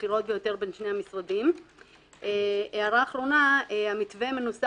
בוקר טוב, אני מתכבד